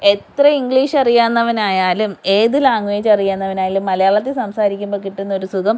എത്ര ഇങ്ക്ളീഷ് അറിയാവുന്നവനായാലും ഏത് ലാങ്വേജ് അറിയാന്നവനായാലും മലയത്തിൽ സംസാരിക്കുമ്പം കിട്ടുന്ന ഒരു സുഖം